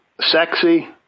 sexy